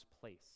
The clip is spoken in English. place